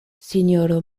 sinjoro